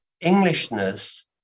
Englishness